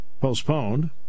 Postponed